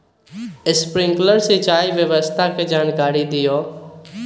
Sprinkler सिंचाई व्यवस्था के जाकारी दिऔ?